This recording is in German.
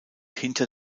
hinter